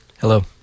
Hello